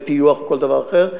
לטיוח או לכל דבר אחר.